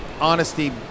honesty